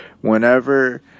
whenever